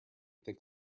thick